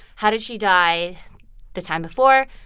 how did she die the time before?